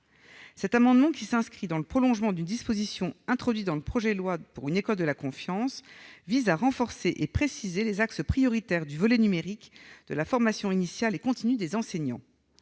Cet amendement, qui s'inscrit dans le prolongement d'une disposition introduite dans le projet de loi pour une école de la confiance, vise à renforcer et à préciser les axes prioritaires du volet numérique de la formation initiale et continue des enseignants.